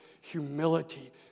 humility